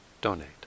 donate